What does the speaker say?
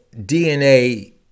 DNA